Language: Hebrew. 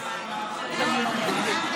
סליחה.